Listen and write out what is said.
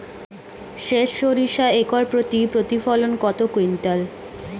সেত সরিষা একর প্রতি প্রতিফলন কত কুইন্টাল?